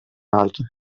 altre